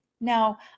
Now